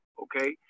okay